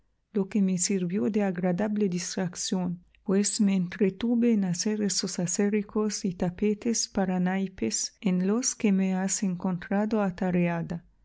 lo que me sirvió de agradable distracción pues me entretuve en hacer esos acericos y tapetes para naipes en los que me has encontrado atareada